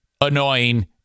annoying